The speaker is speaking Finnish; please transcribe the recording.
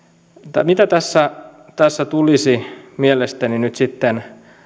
mitä tässä tulisi mielestäni nyt sitten